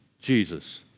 Jesus